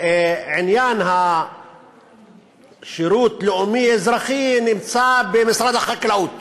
עניין השירות הלאומי-אזרחי נמצא במשרד החקלאות.